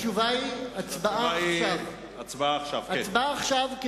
התשובה היא הצבעה עכשיו,